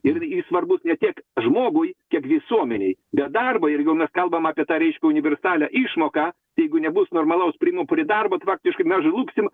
ir jis svarbus ne tiek žmogui kiek visuomenei be darbo ir jau mes kalbam apie tą reiškia universalią išmoką tai jeigu nebus normalaus priemino prie darbo tai faktikškai mes žlugsim